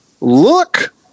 look